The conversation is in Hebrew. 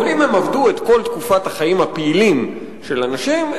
אבל אם הם עבדו את כל תקופת החיים הפעילים של אנשים,